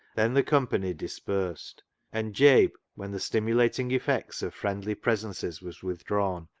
then the company dispersed and jabe, when the stimulating effects of friendly pre sences was withdrawn,